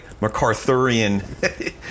MacArthurian